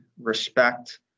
respect